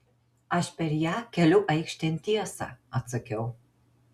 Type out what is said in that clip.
aš per ją keliu aikštėn tiesą atsakiau